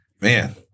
man